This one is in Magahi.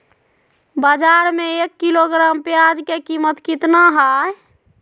बाजार में एक किलोग्राम प्याज के कीमत कितना हाय?